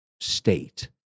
state